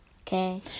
Okay